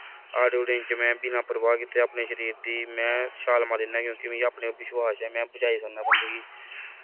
हाड़ हूड़ें च में बिना परवाह् कीते दे अपने शरीर दी में शाल मारी ना क्यों क्योंकि मिगी अपने उप्पर बिश्वास ऐ में बचाई सकना बंदे गी